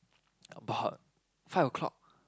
about five O-clock